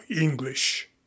english